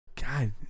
God